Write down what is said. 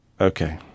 okay